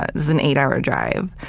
was an eight hour drive.